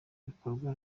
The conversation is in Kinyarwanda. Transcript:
bikorwa